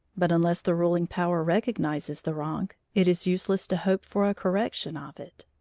but unless the ruling power recognizes the wrong, it is useless to hope for a correction of it.